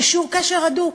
קשור קשר הדוק,